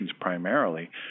primarily